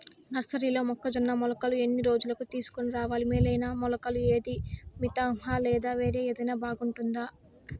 నర్సరీలో మొక్కజొన్న మొలకలు ఎన్ని రోజులకు తీసుకొని రావాలి మేలైన మొలకలు ఏదీ? మితంహ లేదా వేరే ఏదైనా బాగుంటుందా?